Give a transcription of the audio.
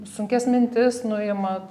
sunkias mintis nuima